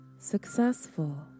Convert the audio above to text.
Successful